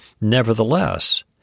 Nevertheless